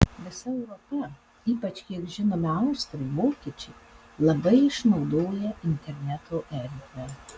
visa europa ypač kiek žinome austrai vokiečiai labai išnaudoja interneto erdvę